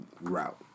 route